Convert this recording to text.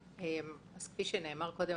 כפי שנאמר קודם,